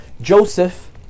Joseph